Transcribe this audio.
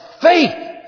faith